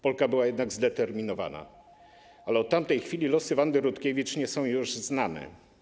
Polka była jednak zdeterminowana, ale od tamtej chwili losy Wandy Rutkiewicz nie są już znane.